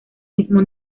mismo